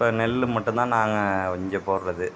இப்போ நெல் மட்டுந்தான் நாங்கள் இங்கே போடறது